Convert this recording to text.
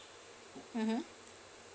mmhmm